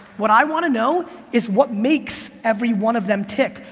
what i want to know is what makes every one of them tick.